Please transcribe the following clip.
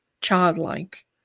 childlike